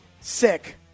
sick